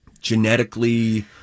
genetically